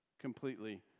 completely